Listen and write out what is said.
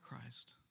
Christ